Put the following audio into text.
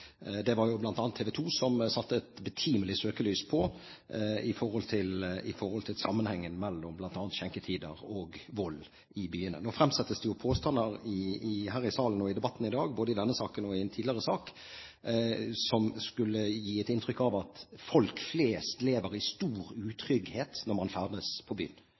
Det var jo bl.a. TV 2 som satte et betimelig søkelys på sammenhengen mellom bl.a. skjenketider og vold i byene. Nå fremsettes det jo påstander her i salen og i debatten i dag, både i denne saken og i en tidligere sak, som gir et inntrykk av at folk flest opplever stor utrygghet når de ferdes i byen.